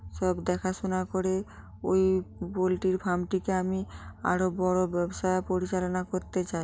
সব দেখাশোনা করে ওই পোলট্রির ফার্মটিকে আমি আরো বড় ব্যবসা পরিচালনা করতে চাই